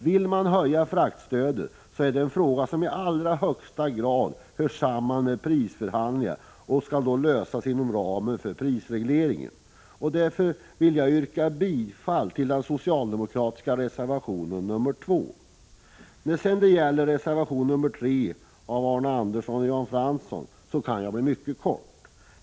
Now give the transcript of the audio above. Vill man höja fraktstödet, så är det en fråga som i allra högsta grad hör samman med prisförhandlingarna, och den skall då lösas inom ramen för prisregleringen. Därför vill jag yrka bifall till den socialdemokratiska reservationen nr 2. När det sedan gäller reservation nr 3 av Arne Andersson i Ljung och Jan Fransson kan jag fatta mig mycket kort.